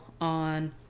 on